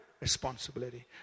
responsibility